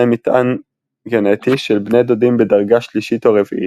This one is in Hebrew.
מטען גנטי של בני דודים בדרגה שלישית או רביעית.